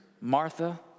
Martha